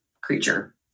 creature